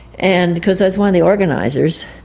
and because i was one of the organisers,